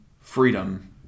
freedom